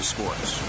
Sports